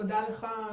תודה לך,